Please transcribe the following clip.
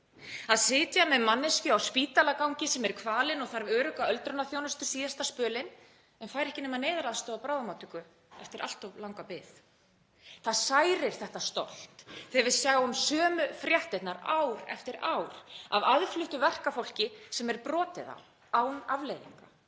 að sitja með manneskju á spítalagangi sem er kvalin og þarf örugga öldrunarþjónustu síðasta spölinn en fær ekki nema neyðaraðstoð á bráðamóttöku eftir allt of langa bið. Það særir stolt okkar þegar við sjáum sömu fréttirnar ár eftir ár af aðfluttu verkafólki sem brotið er á án afleiðinga.